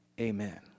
amen